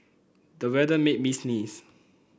the weather made me sneeze